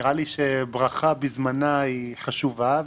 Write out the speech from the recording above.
נראה לי שברכה בזמנה היא חשובה,